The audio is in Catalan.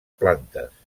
plantes